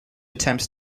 attempts